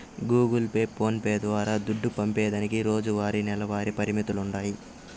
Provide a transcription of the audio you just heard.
Google Pay, phones ద్వారా దుడ్డు పంపేదానికి రోజువారీ, నెలవారీ పరిమితులుండాయి